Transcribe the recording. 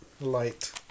light